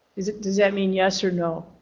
is it. does that mean yes or no.